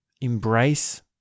embrace